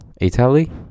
Italy